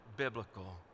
Biblical